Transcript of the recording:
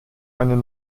einen